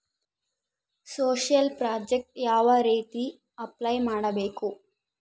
Social project ಯಾವ ರೇತಿ apply ಮಾಡಬೇಕು?